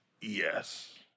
Yes